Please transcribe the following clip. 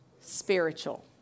spiritual